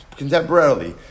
contemporarily